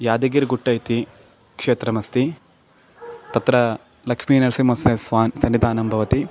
यादगिरिगुट्ट इति क्षेत्रमस्ति तत्र लक्ष्मीनरसिंहस्य स्वामी सन्निधानं भवति